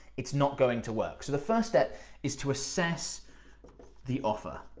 it's not going to work. so the first step is to assess the offer.